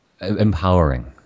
empowering